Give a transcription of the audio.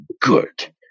good